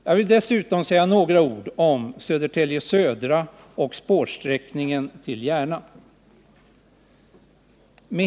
Jag vill dessutom säga några ord om Södertälje Södra och spårsträckningen till Järna.